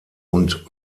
und